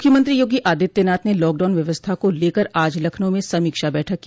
मुख्यमंत्री योगी आदित्यनाथ ने लॉकडाउन व्यवस्था को लेकर आज लखनऊ में समीक्षा बैठक की